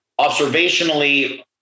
observationally